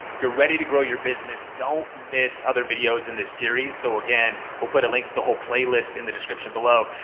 if you're ready to grow your business, don't miss other videos in this series. so, again, we'll put a link to the whole playlist in the description below.